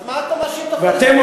אז מה אתם מאשים את הפלסטינים,